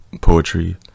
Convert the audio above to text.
poetry